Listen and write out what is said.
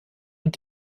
und